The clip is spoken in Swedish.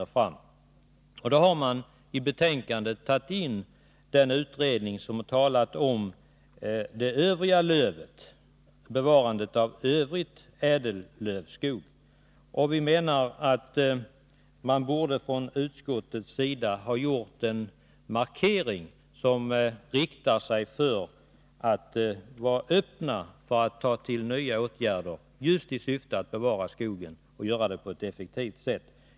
I betänkandet har då berörts den utredning som tagit upp frågan om annan lövskog och bevarandet av värdefull ädellövskog. Vi anser att utskottet borde ha markerat att det är öppet för nya åtgärder som syftar till att bevara skogen på ett effektivt sätt.